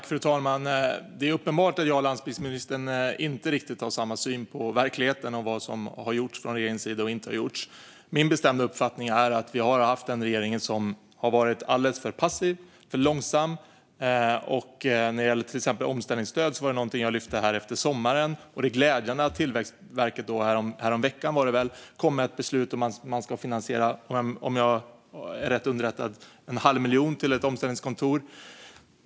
Fru talman! Det är uppenbart att jag och landsbygdsministern inte har riktigt samma syn på verkligheten och vad som har gjorts och inte gjorts från regeringens sida. Min bestämda uppfattning är att vi har haft en regering som har varit alldeles för passiv och för långsam. När det gäller till exempel omställningsstöd var det någonting som jag lyfte här efter sommaren. Det är glädjande att Tillväxtverket häromveckan kom med ett beslut om att man ska finansiera en halv miljon - om jag är rätt underrättad - till ett omställningskontor.